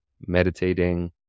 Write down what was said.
meditating